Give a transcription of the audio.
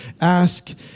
ask